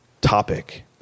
topic